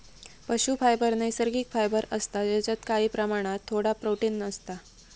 पशू फायबर नैसर्गिक फायबर असता जेच्यात काही प्रमाणात थोडा प्रोटिन असता